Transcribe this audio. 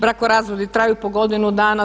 Brakorazvodi traju po godinu dana.